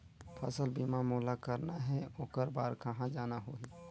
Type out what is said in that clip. फसल बीमा मोला करना हे ओकर बार कहा जाना होही?